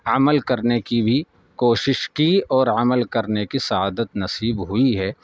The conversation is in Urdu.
عمل کرنے کی بھی کوشش کی اور عمل کرنے کی سعادت نصیب ہوئی ہے